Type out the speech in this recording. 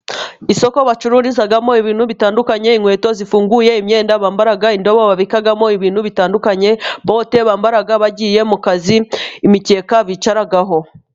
Isoko bacururizamo ibintu bitandukanye: inkweto zifunguye, imyenda bambara, indobo babikamo ibintu bitandukanye, bote bambara bagiye mu kazi n'imikeka bicaraho.